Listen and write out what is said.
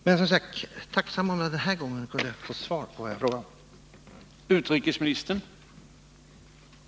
Men, som sagt, jag vore tacksam om jag den här gången kunde få svar på vad jag har frågat om.